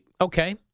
Okay